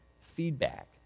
feedback